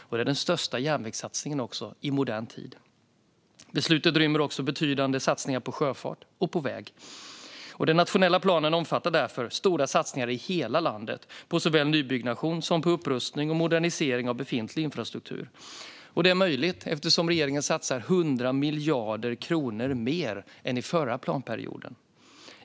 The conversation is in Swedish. Det är också den största järnvägssatsningen i modern tid. Beslutet rymmer också betydande satsningar på sjöfart och väg. Den nationella planen omfattar därför stora satsningar i hela landet på såväl nybyggnation som upprustning och modernisering av befintlig infrastruktur. Detta är möjligt då regeringen satsar 100 miljarder kronor mer än i förra planperioden.